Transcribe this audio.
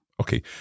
Okay